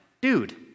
dude